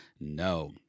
no